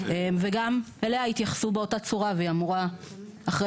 וגם אליה התייחסו באותה צורה והיא אמורה אחרי